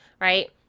right